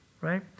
right